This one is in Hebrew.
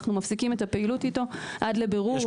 אנחנו מפסיקים את הפעילות איתו עד לבירור